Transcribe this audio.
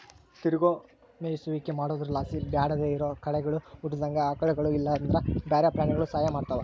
ತಿರುಗೋ ಮೇಯಿಸುವಿಕೆ ಮಾಡೊದ್ರುಲಾಸಿ ಬ್ಯಾಡದೇ ಇರೋ ಕಳೆಗುಳು ಹುಟ್ಟುದಂಗ ಆಕಳುಗುಳು ಇಲ್ಲಂದ್ರ ಬ್ಯಾರೆ ಪ್ರಾಣಿಗುಳು ಸಹಾಯ ಮಾಡ್ತವ